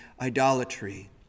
idolatry